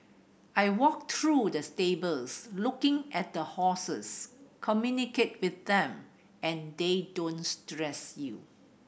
I walk through the stables looking at the horses communicate with them and they don't stress you